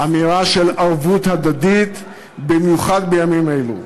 אמירה של ערבות הדדית, במיוחד בימים אלו.